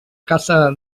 casa